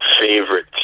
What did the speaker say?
favorite